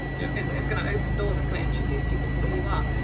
yeah it's it's gonna open doors. it's gonna introduce people to who you are.